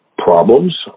Problems